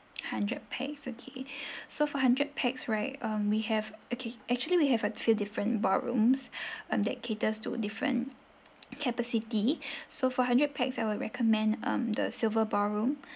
hundred pax okay so for hundred pax right um we have okay actually we have a few different ballrooms um that caters to different capacity so for hundred pax I would recommend um the silver ballroom